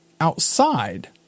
outside